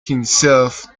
himself